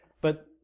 But-